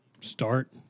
start